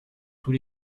tous